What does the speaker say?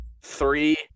three